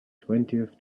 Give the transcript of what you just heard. twentieth